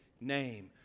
name